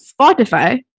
Spotify